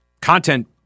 content